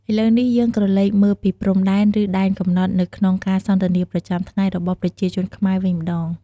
ឥឡូវនេះ យើងក្រឡេកមើលពីព្រំដែន ឬ ដែនកំណត់នៅក្នុងការសន្ទនាប្រចាំថ្ងៃរបស់ប្រជាជនខ្មែរវិញម្ដង។